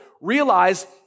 realize